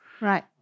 Right